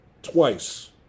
Twice